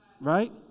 Right